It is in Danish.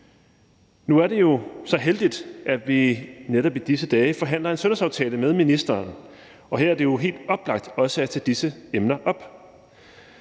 Nu er det jo så heldigt, at vi netop i disse dage forhandler en sundhedsaftale med ministeren, og her er det jo helt oplagt også at tage disse emner op.